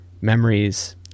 memories